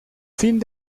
fin